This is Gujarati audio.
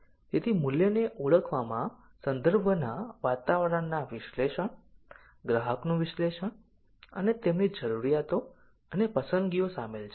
તેથી મૂલ્યને ઓળખવામાં સંદર્ભના વાતાવરણના વિશ્લેષણ ગ્રાહકનું વિશ્લેષણ અને તેમની જરૂરિયાતો અને પસંદગીઓ શામેલ છે